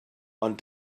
ond